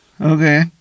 okay